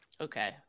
Okay